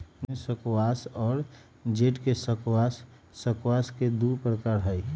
गर्मी स्क्वाश और जेड के स्क्वाश स्क्वाश के दु प्रकार हई